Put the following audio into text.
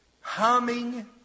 humming